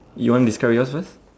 you want discuss yours first